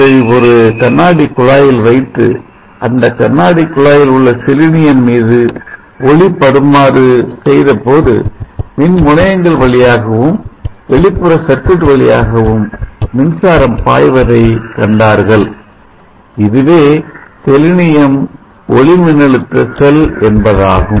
அதை ஒரு கண்ணாடி குழாயில் வைத்து அந்த கண்ணாடி குழாயில் உள்ள செலினியம் மீது ஒளி படுமாறு செய்தபோது மின் முனையங்கள் வழியாகவும் வெளிப்புற சர்க்யூட் வழியாகவும் மின்சாரம் பாய்வதை கண்டார்கள் இதுவே செலினியம் ஒளிமின்னழுத்த செல் என்பதாகும்